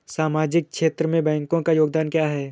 सामाजिक क्षेत्र में बैंकों का योगदान क्या है?